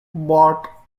brought